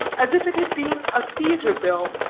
as if it had been a theatre-bill,